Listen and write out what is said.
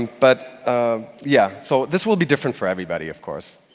but ah yeah so this will be different for everybody, of course.